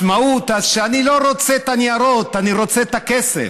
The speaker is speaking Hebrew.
אני לא רוצה את הניירות, אני רוצה את הכסף.